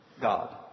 God